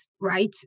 right